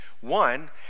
one